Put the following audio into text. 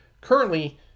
currently